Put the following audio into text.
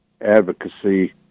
advocacy